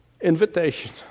invitation